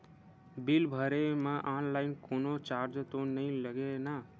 Bill भरे मा online कोनो चार्ज तो नई लागे ना?